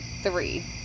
three